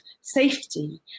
safety